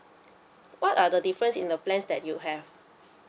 what are the difference in the plans that you have